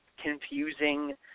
confusing